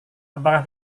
apakah